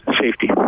safety